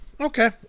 Okay